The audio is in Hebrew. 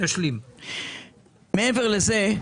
מעבר לזה,